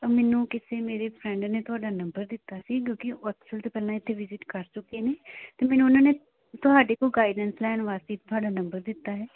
ਮੈਨੂੰ ਕਿਸੇ ਮੇਰੇ ਫਰੈਂਡ ਨੇ ਤੁਹਾਡਾ ਨੰਬਰ ਦਿੱਤਾ ਸੀ ਕਿਉਂਕਿ ਉਹ ਐਕਚੁਅਲ 'ਚ ਪਹਿਲਾਂ ਇੱਥੇ ਵਿਜਿਟ ਕਰ ਚੁੱਕੇ ਨੇ ਅਤੇ ਮੈਨੂੰ ਉਹਨਾਂ ਨੇ ਤੁਹਾਡੇ ਕੋਲ ਗਾਈਡੈਂਸ ਲੈਣ ਵਾਸਤੇ ਤੁਹਾਡਾ ਨੰਬਰ ਦਿੱਤਾ ਹੈ